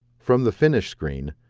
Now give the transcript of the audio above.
from the finish screen,